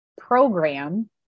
program